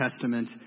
Testament